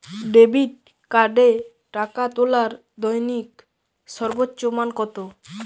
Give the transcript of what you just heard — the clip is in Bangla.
ডেবিট কার্ডে টাকা তোলার দৈনিক সর্বোচ্চ মান কতো?